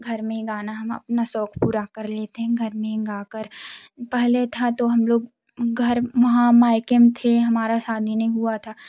घर में ही गाना हम अपना शौक़ पूरा कर लेते हैं घर में ही गा कर पहले था तो हम लोग घर वहाँ मायके में थे हमारी शादी नहीं हुआ थी